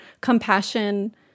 compassion